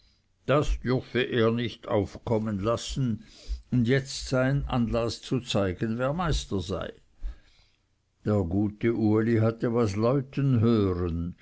das dürfe er nicht aufkommen lassen und jetzt sei ein anlaß zu zeigen wer meister sei der gute uli hatte was läuten hören